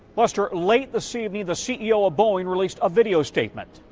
lester, late this evening, the ceo of boeing released a video statement.